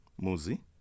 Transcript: Muzi